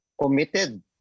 committed